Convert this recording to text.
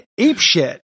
apeshit